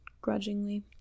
grudgingly